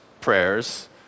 prayers